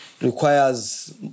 requires